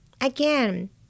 Again